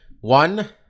One